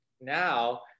Now